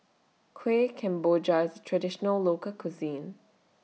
Kuih Kemboja IS Traditional Local Cuisine